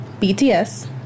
bts